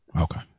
Okay